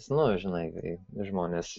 nu žinai žmonės